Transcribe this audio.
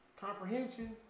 comprehension